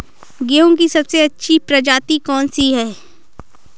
गेहूँ की सबसे अच्छी प्रजाति कौन सी है?